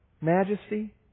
majesty